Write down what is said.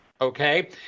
Okay